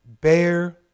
bear